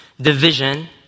Division